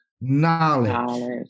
Knowledge